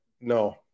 no